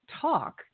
talk